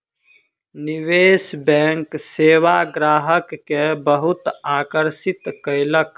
निवेश बैंक सेवा ग्राहक के बहुत आकर्षित केलक